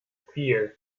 vier